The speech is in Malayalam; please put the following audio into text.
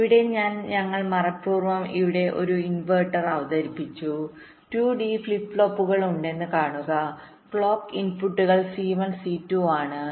ഇവിടെ ഞാൻ ഞങ്ങൾ മനപ്പൂർവ്വം ഇവിടെ ഒരു ഇൻവെർട്ടർ അവതരിപ്പിച്ചു 2 ഡി ഫ്ലിപ്പ് ഫ്ലോപ്പുകൾ ഉണ്ടെന്ന് കാണുക ക്ലോക്ക് ഇൻപുട്ടുകൾ C1 C2 ആണ്